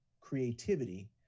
creativity